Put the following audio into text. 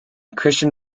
christian